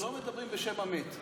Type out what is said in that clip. לא מדברים בשם המת.